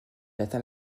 atteint